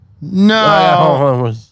No